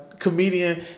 comedian